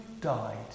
died